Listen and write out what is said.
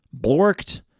Blorked